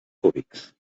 cúbics